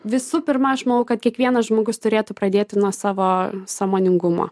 visų pirma aš manau kad kiekvienas žmogus turėtų pradėti nuo savo sąmoningumo